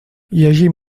llegir